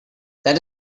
that